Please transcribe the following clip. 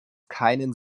keinen